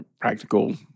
practical